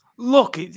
Look